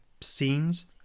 scenes